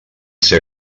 ser